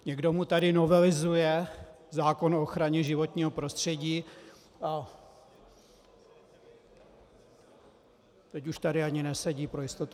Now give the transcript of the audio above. Někdo mu tady novelizuje zákon o ochraně životního prostředí a teď už tady ani nesedí, pro jistotu.